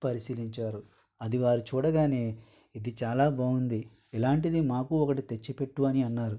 పరిశీలించారు అది వారు చూడగానే ఇది చాలా బావుంది ఇలాంటిది మాకూ ఒకటి తెచ్చిపెట్టు అని అన్నారు